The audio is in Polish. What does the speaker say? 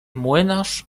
młynarz